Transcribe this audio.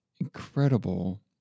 incredible